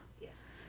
Yes